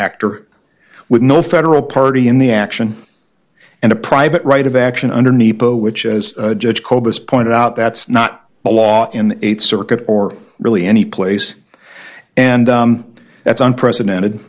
actor with no federal party in the action and a private right of action underneath which as judge kobus pointed out that's not the law in the eighth circuit or really any place and that's unprecedented